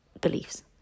beliefs